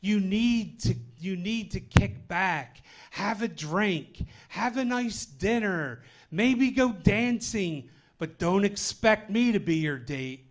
you need to you need to kick back have a drink have a nice dinner maybe go dancing but don't expect me to be your da